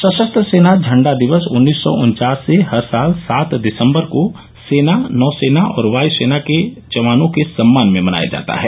सशस्त्र सेना झंडा दिवस उन्नीस सौ उन्वास से हर साल सात दिसम्बर को सेना नौसेना और वायुसेना के जवानों के सम्मान में मनाया जाता है